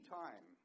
time